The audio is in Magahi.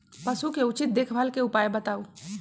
पशु के उचित देखभाल के उपाय बताऊ?